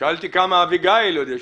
האיזונים שבדך